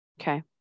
Okay